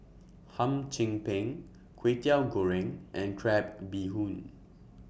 Hum Chim Peng Kway Teow Goreng and Crab Bee Hoon